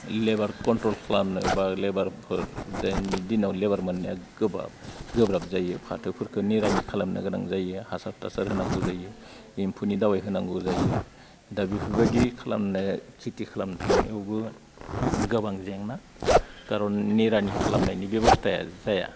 लेबार control खालामनो बा लेबारफोर दिनैनि दिनाव लेबार मोननाया गोब्राब गोब्राब जायो फाथोफोरखो निरानि खालामनो गोनां जायो हासार थासार होनांगौ जायो एम्फौनि दावाइ होनांगौ जायो दा बेफोरबायदि खालामनो खेथि खालामनो थांनायावबो गोबां जेंना खारन निरानि खालामनायनि बेबस्थाया जाया